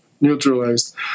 neutralized